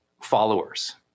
followers